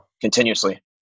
continuously